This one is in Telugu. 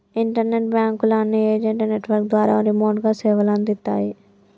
ఇంటర్నెట్ బాంకుల అన్ని ఏజెంట్ నెట్వర్క్ ద్వారా రిమోట్ గా సేవలందిత్తాయి